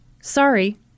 sorry